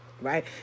right